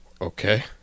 Okay